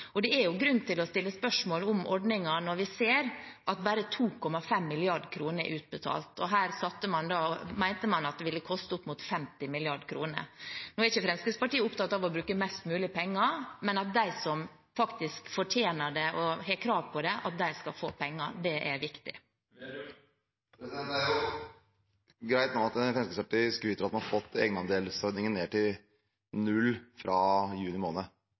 Det er grunn til å stille spørsmål om ordningen når vi ser at bare 2,5 mrd. kr er utbetalt. Her mente man det ville koste opp mot 50 mrd. kr. Nå er ikke Fremskrittspartiet opptatt av å bruke mest mulig penger, men de som fortjener det og er klar for det, skal få penger. Det er viktig. Det er greit at Fremskrittspartiet nå skryter av at man har fått egenandelen ned til null fra juni måned.